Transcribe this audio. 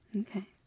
okay